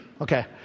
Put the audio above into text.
Okay